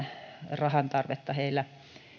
määrärahan tarvetta